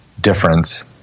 difference